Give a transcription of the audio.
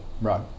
Right